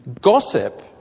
Gossip